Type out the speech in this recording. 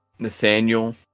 Nathaniel